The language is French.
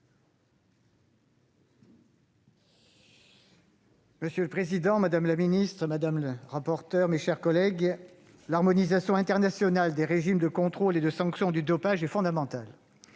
Monsieur le président, madame la ministre, mes chers collègues, l'harmonisation internationale des régimes de contrôle et de sanction du dopage est fondamentale.